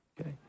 okay